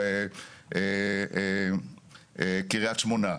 קריית שמונה.